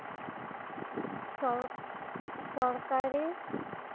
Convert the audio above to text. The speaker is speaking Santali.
ᱥᱚᱨᱠ ᱥᱚᱨᱠᱟᱨᱤ